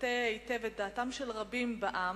שמבטא היטב את דעתם של רבים בעם.